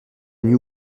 new